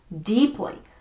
deeply